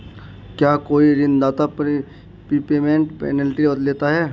क्या कोई ऋणदाता प्रीपेमेंट पेनल्टी लेता है?